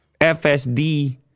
FSD